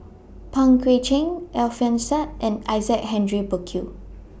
Pang Guek Cheng Alfian Sa'at and Isaac Henry Burkill